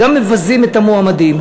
גם מבזים את המועמדים,